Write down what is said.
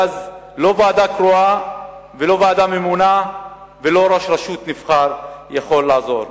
ואז לא ועדה קרואה ולא ועדה ממונה ולא ראש רשות נבחר יכולים לעזור.